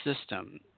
system